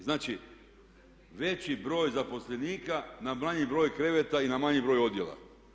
Znači, veći broj zaposlenika na manji broj kreveta i na manji broj odjela.